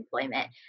employment